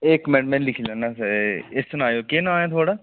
एह् इक्क मिंट में लिखी लैन्ना ते एह् सनाओ केह् नांऽ ऐ थुहाड़ा